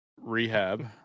Rehab